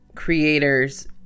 Creators